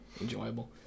enjoyable